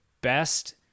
best